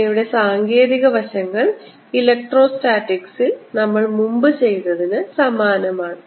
ഇവയുടെ സാങ്കേതികവശങ്ങൾ ഇലക്ട്രോസ്റ്റാറ്റിക്സിൽ നമ്മൾ മുമ്പ് ചെയ്തതിന് സമാനമാണ്